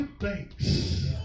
thanks